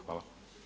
Hvala.